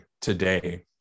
today